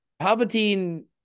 Palpatine